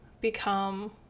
become